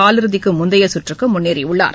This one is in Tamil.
காலிறுதிக்கு முந்தைய சுற்றுக்கு முன்னேறியுள்ளார்